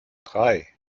drei